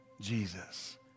Jesus